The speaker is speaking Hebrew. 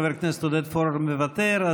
חבר הכנסת עודד פורר, מוותר.